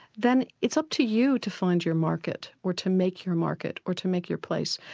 then it's up to you to find your market, or to make your market, or to make your place.